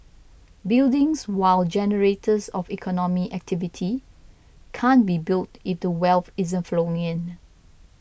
buildings while generators of economic activity can't be built if the wealth isn't flowing in